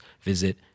visit